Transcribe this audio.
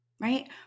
Right